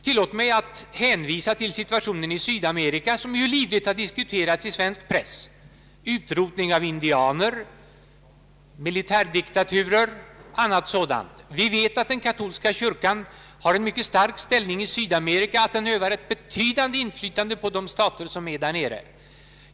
Tillåt mig att hänvisa till situationen i Sydamerika som ju livligt har diskuterats i svensk press: utrotning av indianer, militärdiktaturer o.s.v. Vi vet att den katolska kyrkan har en mycket stark ställning i Sydamerika och att den utövar ett betydande inflytande på staterna där nere.